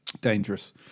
dangerous